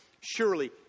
surely